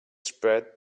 spread